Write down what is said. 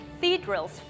cathedrals